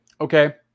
Okay